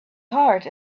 heart